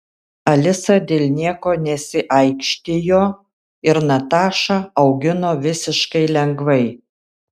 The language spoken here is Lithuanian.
alisa dėl nieko nesiaikštijo ir natašą augino visiškai lengvai